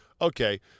Okay